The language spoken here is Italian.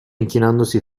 inchinandosi